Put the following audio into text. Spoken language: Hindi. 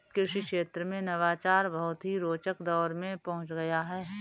कृषि क्षेत्र में नवाचार बहुत ही रोचक दौर में पहुंच गया है